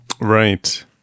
Right